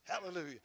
Hallelujah